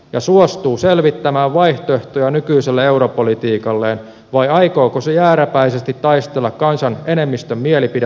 ja suostuu selvittämään vaihtoehtoja nykyiselle europolitiikalleen vai aikooko se jääräpäisesti taistella kansan enemmistön mielipide